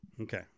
Okay